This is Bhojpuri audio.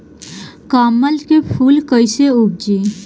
कमल के फूल कईसे उपजी?